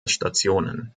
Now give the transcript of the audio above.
stationen